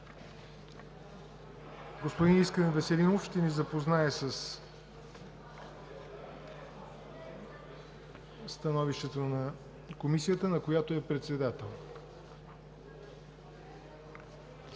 Господин Искрен Веселинов ще ни запознае със становищата на Комисията, на която е председател.